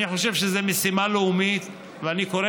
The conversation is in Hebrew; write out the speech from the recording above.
אני חושב שזו משימה לאומית ואני קורא